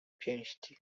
pięści